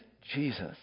Jesus